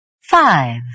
Five